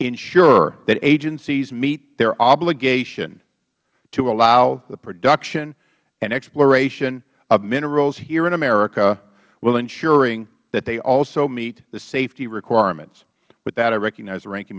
ensure that agencies meet their obligation to allow the production and exploration of minerals here in america while ensuring that they also meet the safety requirements with that i recognize the ranking